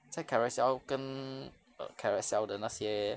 在 carousell 跟 carousell 的那些